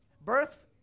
Birth